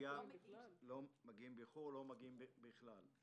או לא מגיעים בכלל.